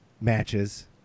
matches